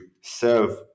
serve